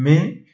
मैं